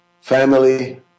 family